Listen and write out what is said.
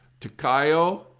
Takayo